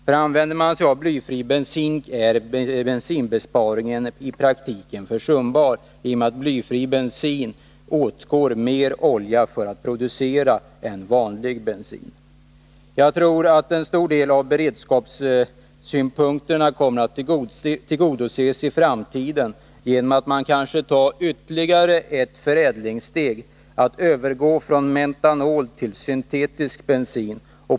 Gör man det, blir bensinbesparingen i praktiken försumbar på grund av att det går åt mer olja för att producera blyfri bensin än vanlig bensin. Jag tror att en stor del av beredskapsbehoven i framtiden kommer att tillgodoses genom att man tar ytterligare ett förädlingssteg, dvs. övergår från metanol till syntetisk bensin.